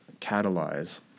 catalyze